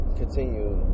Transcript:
continue